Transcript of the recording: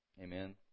Amen